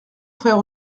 frère